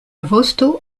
vosto